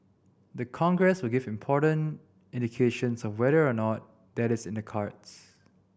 the Congress will give important indications of whether or not that is in the cards